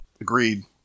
Agreed